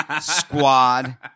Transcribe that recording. squad